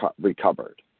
Recovered